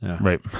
Right